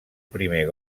primer